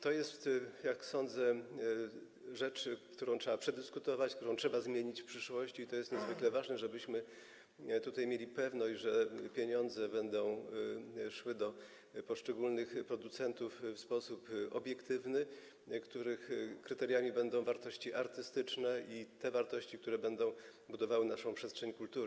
To jest, jak sądzę, rzecz, którą trzeba przedyskutować, którą trzeba zmienić w przyszłości, i to jest niezwykle ważne, żebyśmy mieli tutaj pewność, że pieniądze będą szły do poszczególnych producentów w sposób obiektywny, a kryteriami będą wartości artystyczne i te wartości, które będą budowały naszą przestrzeń kultury.